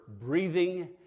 breathing